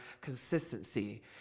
consistency